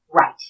Right